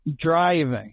driving